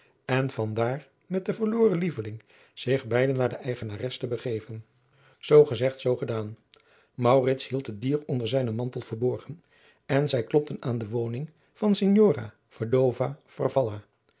en van daar met den verloren lieveling zich beide naar de eigenares te begeven zoo gezegd zoo gedaan maurits hield het dier onder zijnen mantel verborgen en zij klopten aan de woning van signora vedova